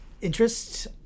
interests